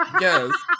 Yes